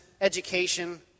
education